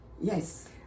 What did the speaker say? Yes